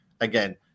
Again